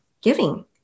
giving